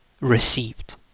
received